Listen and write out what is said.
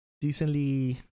decently